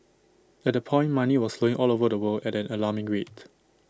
at that point money was flowing all over the world at an alarming rate